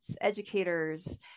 educators